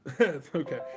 Okay